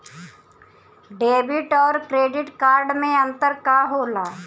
Debit और credit card मे अंतर का होला?